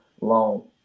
long